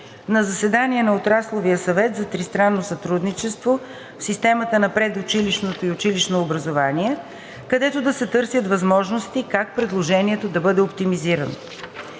на заседание на Отрасловия съвет за тристранно сътрудничество в системата на предучилищното и училищното образование, където да се търсят възможности как предложението да бъде оптимизирано.